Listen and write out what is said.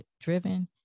driven